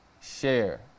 Share